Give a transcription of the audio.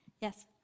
Yes